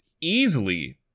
easily